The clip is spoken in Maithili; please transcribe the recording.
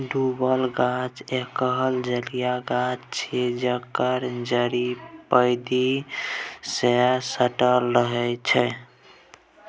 डुबल गाछ एहन जलीय गाछ छै जकर जड़ि पैंदी सँ सटल रहै छै